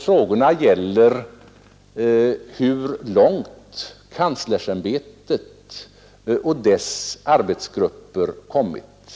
Frågorna gällde hur långt kanslersämbetet och dess arbetsgrupper har kommit.